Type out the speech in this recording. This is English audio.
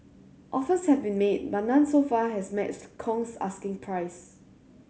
offers have been made but none so far has matched Kong's asking price